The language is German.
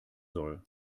soll